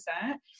percent